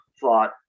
thought